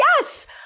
yes